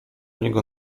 niego